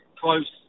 close